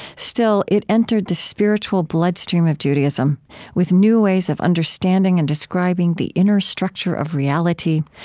still, it entered the spiritual bloodstream of judaism with new ways of understanding and describing the inner structure of reality,